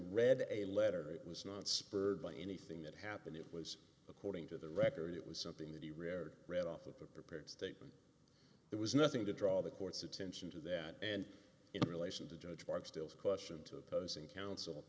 read a letter it was not spurred by anything that happened it was according to the record it was something that he retired read off with a prepared statement it was nothing to draw the court's attention to that and in relation to judge mark still to question two opposing counsel